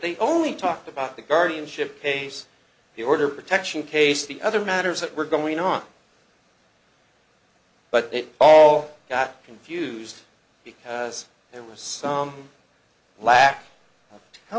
they only talked about the guardianship case the order protection case the other matters that were going on but they all got confused because there was some la